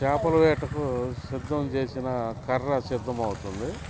చేపల వేటకు సిద్ధం చేసిన కర్ర సిద్ధమవుతుంది